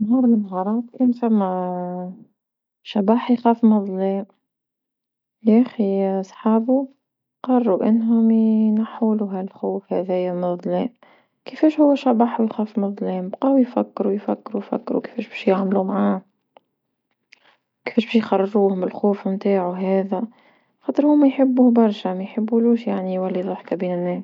نهار من نهرات كان ثما شبح يخاف من ظلام يخي صحابو قرروا انهم ينحولو هالخوف هذيا من ظلام، كيفاش هو شبح ويخاف من ظلام بقاو يفكرو يفكرو يفكرو كيفاش باش يعملو معاه كيفاش باش يخرجوه من الخوف نتاعو هذا، خاطر هوما يحبوه برشا ما يحبولوش يعني يولي ضحكة بين الناس.